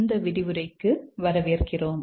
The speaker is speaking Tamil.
இந்த விரிவுரைக்கு வரவேற்கிறோம்